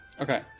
Okay